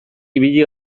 ibili